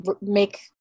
make